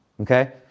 okay